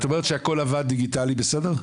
את אומרת שהכול עבד דיגיטלי בסדר?